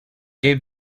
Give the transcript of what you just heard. gave